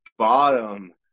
Bottom